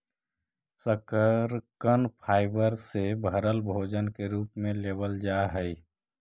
शकरकन फाइबर से भरल भोजन के रूप में लेबल जा हई